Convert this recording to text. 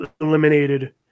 eliminated